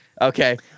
okay